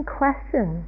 question